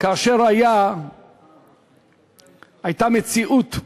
כאשר הייתה מציאות,